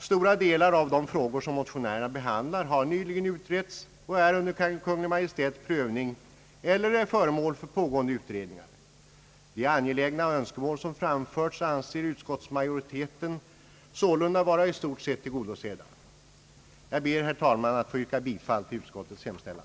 Stora delar av de frågor som motionärerna behandlar har nyligen utretts och är föremål för Kungl. Maj:ts prövning eller behandlas av pågående utredningar. De angelägna önskemål, som framförts, anser utskottsmajoriteten sålunda vara i stort sett tillgodosedda. Jag ber, herr talman, att få yrka bifall till utskottets hemställan.